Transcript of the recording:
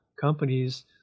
companies